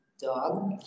dog